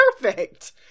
perfect